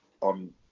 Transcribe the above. on